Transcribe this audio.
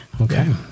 Okay